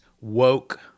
woke